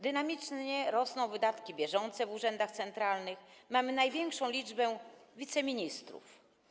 Dynamicznie rosną wydatki bieżące w urzędach centralnych, mamy największą liczbę wiceministrów.